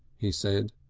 he said.